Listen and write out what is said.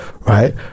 right